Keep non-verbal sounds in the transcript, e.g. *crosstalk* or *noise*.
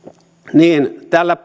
tällä *unintelligible*